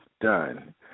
done